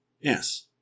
Yes